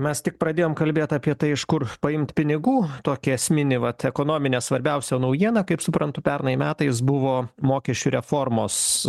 mes tik pradėjom kalbėt apie tai iš kur paimt pinigų tokį esminį vat ekonominę svarbiausią naujieną kaip suprantu pernai metais buvo mokesčių reformos